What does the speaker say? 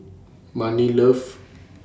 Marni loves Monsunabe